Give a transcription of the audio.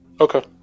Okay